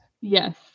Yes